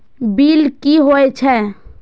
Bill की हौए छै?